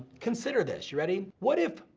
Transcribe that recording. consider this, you ready? what if,